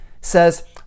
says